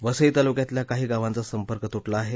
वसई तालुक्यातल्या काही गावांचा संपर्क तुटला आहे